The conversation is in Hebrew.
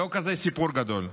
זה לא כזה סיפור גדול.